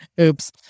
Oops